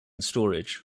storage